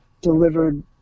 delivered